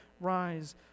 rise